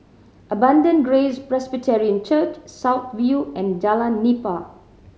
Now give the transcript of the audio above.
Abundant Grace Presbyterian Church South View and Jalan Nipah